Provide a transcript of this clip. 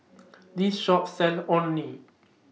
This Shop sells Orh Nee